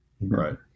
Right